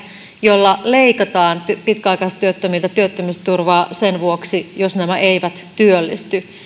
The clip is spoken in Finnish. jolla leikataan pitkäaikaistyöttömiltä työttömyysturvaa sen vuoksi jos nämä eivät työllisty